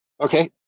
Okay